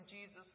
Jesus